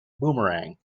boomerang